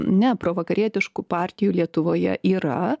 ne provakarietiškų partijų lietuvoje yra